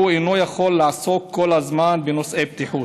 והוא אינו יכול לעסוק כל הזמן בנושאי בטיחות,